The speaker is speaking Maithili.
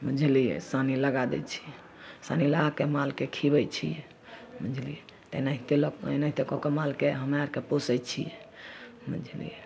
बुझलिए सानी लगा दै छिए सानी लगाके मालके खिअबै छिए बुझलिए तऽ एनाहिते कऽ कऽ मालके हमे आओरके पोसै छिए बुझलिए